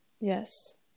Yes